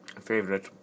favorite